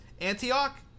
Antioch